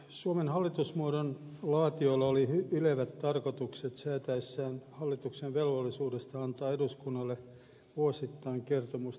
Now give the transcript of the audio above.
suomen hallitusmuodon laatijoilla oli ylevät tarkoitukset säätäessään hallituksen velvollisuudesta antaa eduskunnalle vuosittain kertomus toiminnastaan